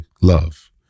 love